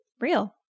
real